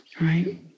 right